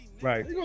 Right